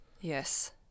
Yes